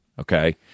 Okay